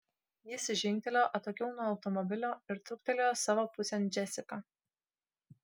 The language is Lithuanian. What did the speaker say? jis žingtelėjo atokiau nuo automobilio ir truktelėjo savo pusėn džesiką